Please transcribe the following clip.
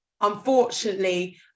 unfortunately